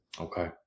Okay